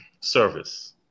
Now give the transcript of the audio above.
service